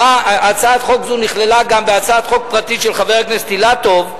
הצעת חוק זו נכללה גם בהצעת חוק הפרטית של חבר הכנסת אילטוב.